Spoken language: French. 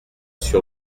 sur